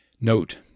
Note